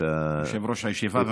יושב-ראש הישיבה,